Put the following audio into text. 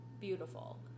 beautiful